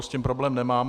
S tím problém nemám.